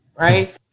Right